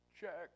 Check